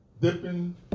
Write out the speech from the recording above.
dipping